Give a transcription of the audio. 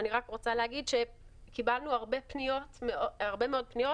אני רק רוצה להגיד שקיבלנו הרבה מאוד פניות.